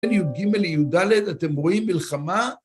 בין י"ג לי"ד, אתם רואים מלחמה.